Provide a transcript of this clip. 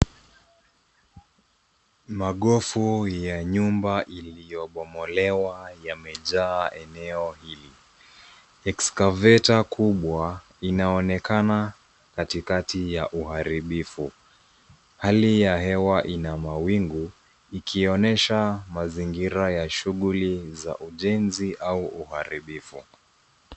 Magofu ya nyumba iliyobomolewa yamejaa eneo hili, eskaveta kubwa inaonekana katikati ya uharibifu hali ya hewa ina mawingu ikionesha mazingira ya shughuli za ujenzi au uharibifu.